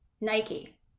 Nike